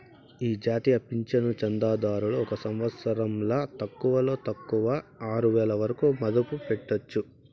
ఈ జాతీయ పింఛను చందాదారులు ఒక సంవత్సరంల తక్కువలో తక్కువ ఆరువేల వరకు మదుపు పెట్టొచ్చు